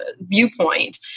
viewpoint